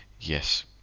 Yes